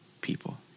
people